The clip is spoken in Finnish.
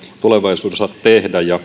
tulevaisuudessa tehdä